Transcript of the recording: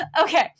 Okay